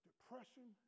Depression